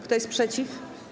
Kto jest przeciw?